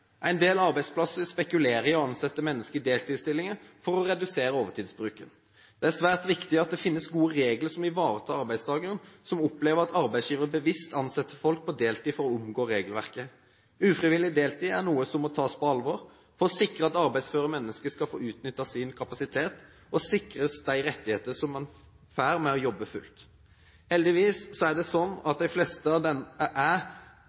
En del arbeidsplasser spekulerer i å ansette mennesker i deltidsstillinger for å redusere overtidsbruken. Det er svært viktig at det finnes gode regler som ivaretar arbeidstakere som opplever at arbeidsgiver bevisst ansetter folk i deltidsstilling for å omgå regelverket. Ufrivillig deltid er noe som må tas på alvor for å sikre at arbeidsføre mennesker får utnyttet sin kapasitet og sikres de rettigheter som man får ved å jobbe fulltid. Heldigvis er det slik at for de fleste er